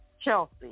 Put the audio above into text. Chelsea